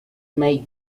may